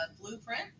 Blueprint